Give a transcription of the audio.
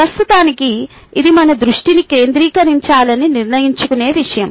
ప్రస్తుతానికి ఇది మన దృష్టిని కేంద్రీకరించాలని నిర్ణయించుకునే విషయం